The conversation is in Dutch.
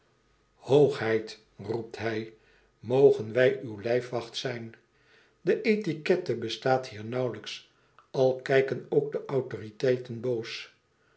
hoogheid roept hij mogen wij uw lijfwacht zijn de etiquette bestaat hier nauwlijks al kijken ook de autoriteiten boos